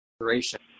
duration